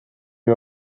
you